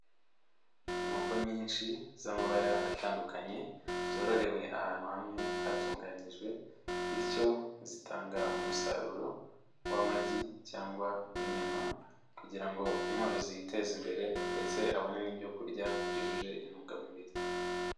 Inkoko nyinshi z'amabara atandukanye zororewe ahantu hamwe hatunganyijwe bityo zitanga umusaruro w'amagi cyangwa w'inyama kugira ngo umworozi yiteze imbere ndetse abone n'ibyo kurya byujuje intungamubiri.